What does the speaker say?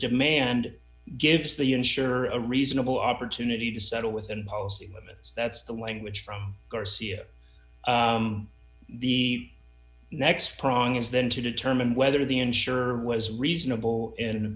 demand gives the insurer a reasonable opportunity to settle with and policy limits that's the language from garcia the next prong is then to determine whether the insurer was reasonable in